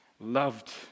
loved